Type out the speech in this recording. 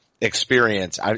experience